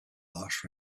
last